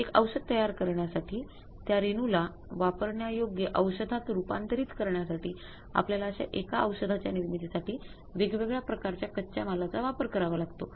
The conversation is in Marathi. एक औषध तयार करण्यासाठी त्या रेणूला वापरण्यायोग्य औषधात रूपांतरित करण्यासाठी आपल्याला अश्या एका औषधाच्या निर्मितीसाठी वेगवेगळ्या प्रकारच्या कच्या मालाचा वापर करावा लागतो